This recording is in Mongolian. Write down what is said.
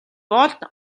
болд